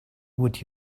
would